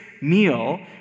meal